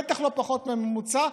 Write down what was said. בטח לא פחות מהממוצע.